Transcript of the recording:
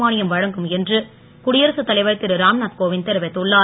மானியம் வழங்கும் என்று குடியரசு தலைவர் திரு ராம்நாத் கோவிந்த் தெரிவித்துள்ளார்